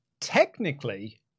Technically